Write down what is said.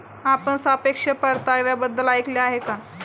आपण सापेक्ष परताव्याबद्दल ऐकले आहे का?